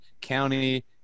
County